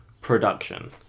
production